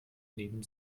neben